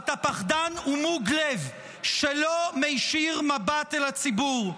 אתה פחדן ומוג לב שלא מישיר מבט אל הציבור.